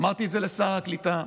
אמרתי את זה לשר הקליטה.